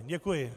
Děkuji.